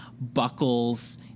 buckles